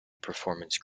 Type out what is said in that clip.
performance